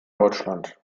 deutschland